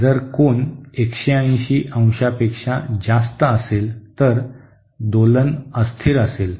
जर कोन 180 than पेक्षा जास्त असेल तर दोलन अस्थिर असेल